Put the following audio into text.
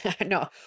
No